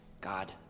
God